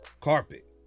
carpet